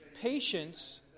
patience